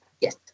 Yes